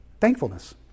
Thankfulness